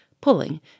pulling